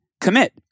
Commit